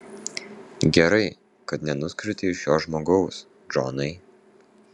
gerai kad nenuskriaudei šio žmogaus džonai